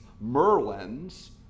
Merlins